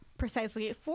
precisely